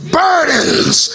burdens